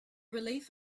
relief